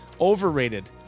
Overrated